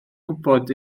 gwybod